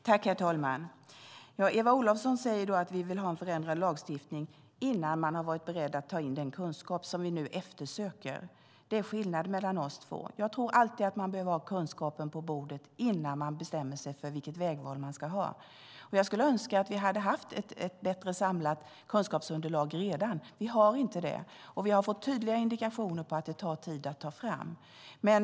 Herr talman! Eva Olofsson säger: Vi vill ha en förändrad lagstiftning. Det gör man innan man varit beredd att ta in den kunskap som vi nu eftersöker. Det är skillnaden mellan oss två. Jag tror alltid att man behöver ha kunskapen på bordet innan man bestämmer sig för vilket vägval man ska ha. Jag skulle önska att vi redan hade haft ett bättre samlat kunskapsunderlag. Vi har inte det. Vi har fått tydliga indikationer på att det tar tid att ta fram.